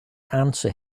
answer